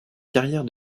carrière